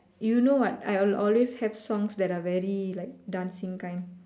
you know what I will always have songs that are very like dancing kind